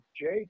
Jake